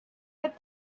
with